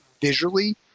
visually